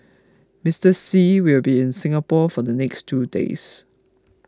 Mister Xi will be in Singapore for the next two days